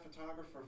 photographer